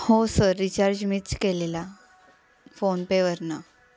हो sir recharge मीच केलेला फोनपेवरनं